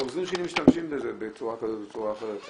העוזרים שלי משתמשים בזה בצורה כזו או אחרת.